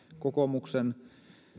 kokoomuksen